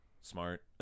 smart